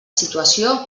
situació